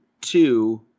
two